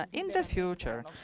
ah in the future,